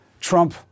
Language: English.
Trump